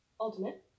ultimate